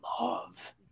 love